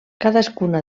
cadascuna